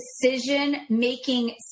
decision-making